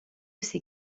ses